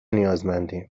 نیازمندیم